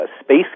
space